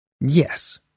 Yes